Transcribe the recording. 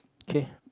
okay